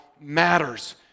matters